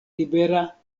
libera